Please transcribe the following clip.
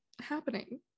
happening